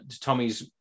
tommy's